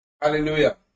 Hallelujah